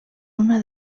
una